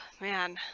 man